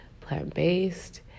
plant-based